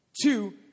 two